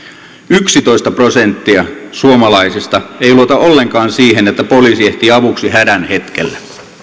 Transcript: yksitoista prosenttia suomalaisista ei luota ollenkaan siihen että poliisi ehtii avuksi hädän hetkellä